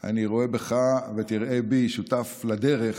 אני רואה בך, ותראה בי, שותף לדרך